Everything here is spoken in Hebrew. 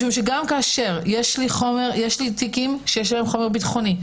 משום שגם כאשר יש לי תיקים שיש בהם חומר ביטחוני,